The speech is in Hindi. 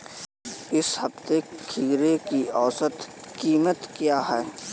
इस सप्ताह खीरे की औसत कीमत क्या है?